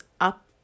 up